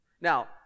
Now